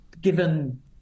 given